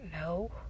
No